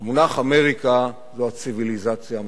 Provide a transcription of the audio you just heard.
המונח "אמריקה" זה הציוויליזציה המערבית,